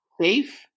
safe